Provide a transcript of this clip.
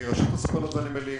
מרשות הספנות והנמלים,